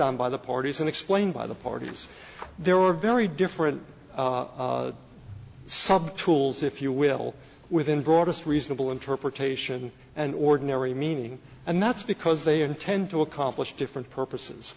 on by the parties and explained by the parties there are very different sub tools if you will within broadest reasonable interpretation and ordinary meaning and that's because they intend to accomplish different purposes